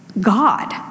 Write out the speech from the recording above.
God